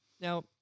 now